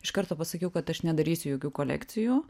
iš karto pasakiau kad aš nedarysiu jokių kolekcijų